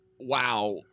wow